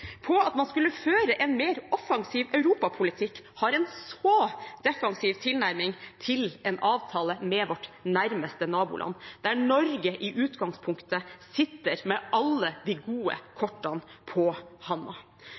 på at man skulle føre en mer offensiv europapolitikk, har en så defensiv tilnærming til en avtale med vårt nærmeste naboland, der Norge i utgangspunktet sitter med alle de gode kortene på